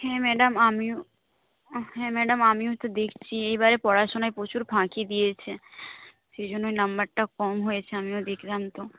হ্যাঁ ম্যাডাম আমিও হ্যাঁ ম্যাডাম আমিও তো দেখছি এবারে পড়াশোনায় প্রচুর ফাঁকি দিয়েছে সেই জন্য নাম্বারটা কম হয়েছে আমিও দেখলাম তো